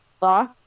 law